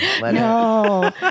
no